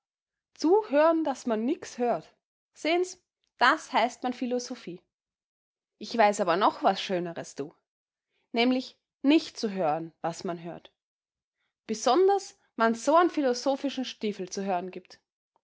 zuhören daß man nix hört seh'ns das heißt man philosophie ich weiß aber noch was schöneres du nämlich nicht zu hören was man hört besonders wann's so an philosophischen stiefel zu hören gibt